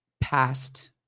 past